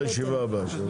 הישיבה ננעלה בשעה